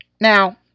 Now